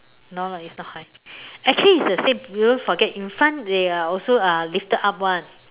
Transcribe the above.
no lah it's not high actually it's the same you forget in front they are also lifted up [one]